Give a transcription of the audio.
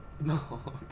No